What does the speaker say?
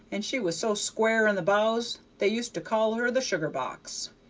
and she was so square in the bows, they used to call her the sugar-box.